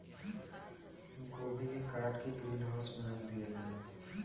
गोभी के काट के ग्रीन हाउस में रख दियाला